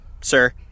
Sir